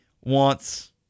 wants